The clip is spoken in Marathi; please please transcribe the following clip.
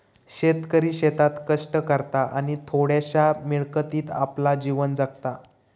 शेतकरी शेतात कष्ट करता आणि थोड्याशा मिळकतीत आपला जीवन जगता